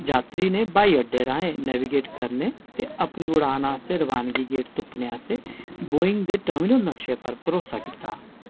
जात्तरी ने ब्हाई अड्डे राहें नैविगेट करने ते अपनी उड़ान आस्तै रवानगी गेट तुप्पने आस्तै बोइंग दे टर्मिनल नक्शे पर भरोसा कीता